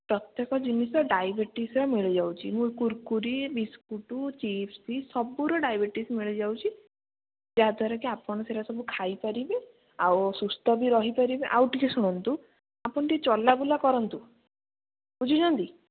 ପ୍ରତ୍ୟେକ ଜିନିଷ ଡାଇବେଟିସ୍ର ମିଳିଯାଉଛି କୁରକୁରୀ ବିସ୍କୁଟ ଚିପ୍ସ୍ ସବୁର ଡାଇବେଟିସ୍ ମିଳିଯାଉଛି ଯାହାଦ୍ଵାରା କି ଆପଣ ସେଇଟା ସବୁ ଖାଇପାରିବେ ଆଉ ସୁସ୍ଥ ବି ରହିପାରିବେ ଆଉ ଟିକିଏ ଶୁଣନ୍ତୁ ଆପଣ ଟିକିଏ ଚଲାବୁଲା କରନ୍ତୁ ବୁଝିଛନ୍ତି